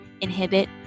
inhibit